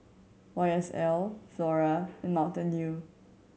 Y S L Flora and Mountain Dew